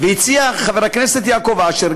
הציע חבר הכנסת יעקב אשר,